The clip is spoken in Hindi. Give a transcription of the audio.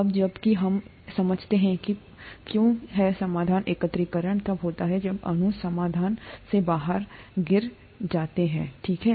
अब जब कि अब हम समझते हैं कि कुछ क्यों है समाधान एकत्रीकरण तब होता है जब अणु समाधान से बाहर गिर जाते हैं ठीक है